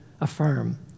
affirm